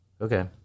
Okay